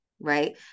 right